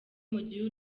mugire